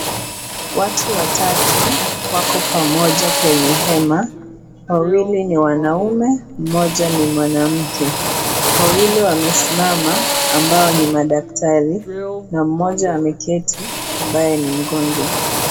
Watu watatu wako pamoja kwenye hema, wawili ni wanaume mmoja ni mwanamke. Wawili wamesimama ambao ni daktari, na mmoja ameketi ambaye ni mgonjwa.